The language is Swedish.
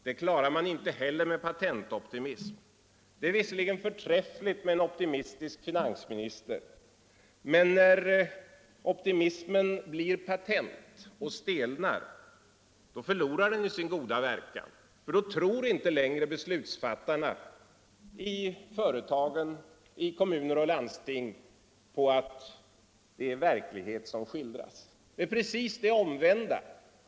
Den klarar man inte heller med patentoptimism. Det är visserligen förträffligt med en optimistisk finansminister, men när optimismen blir patent och stelnar, förlorar den sin goda verkan. Då tror inte längre beslutsfattarna i företag, i kommuner och landsting på att det är verklighet som skildras. Verkan är precis den omvända.